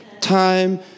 time